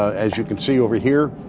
as you can see over here.